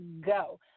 go